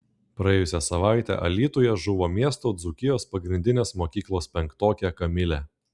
praėjusią savaitę alytuje žuvo miesto dzūkijos pagrindinės mokyklos penktokė kamilė